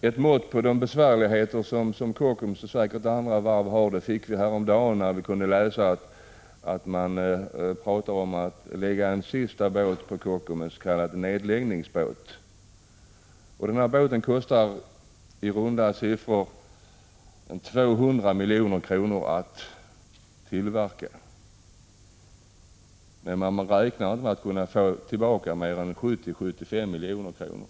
Ett mått på de besvärligheter som Kockums och säkert också andra varv har fick vi häromdagen, när vi kunde läsa om planerna att bygga en sista båt på Kockums, en s.k. nedläggningsbåt. Den båten skall i runda siffror kosta 200 milj.kr. att tillverka. Man räknar emellertid inte med att kunna få tillbaka mer än 70-75 milj.kr.